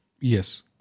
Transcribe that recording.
Yes